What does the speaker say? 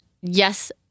yes